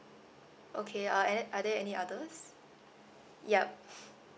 okay uh and are there any others yup